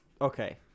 okay